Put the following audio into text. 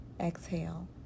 exhale